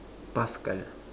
Pascal